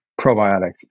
probiotics